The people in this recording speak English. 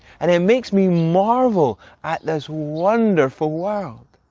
and it makes me marvel at this wonderful world!